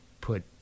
put